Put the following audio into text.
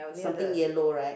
something yellow right